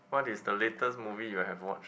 what is the latest movie you have watched